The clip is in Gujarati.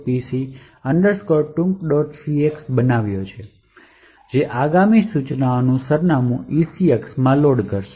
cx બનાવ્યાં છે જે આગામી સૂચનાનું સરનામું ECX માં લોડ કરે છે